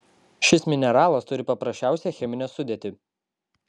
šis mineralas turi paprasčiausią cheminę sudėtį